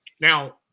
now